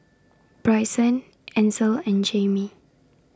Brycen Ansel and Jamey